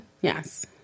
Yes